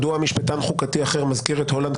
בשנים שלפני זה, בין 2000 ל-2014 36 תיקונים.